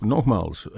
Nogmaals